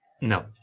no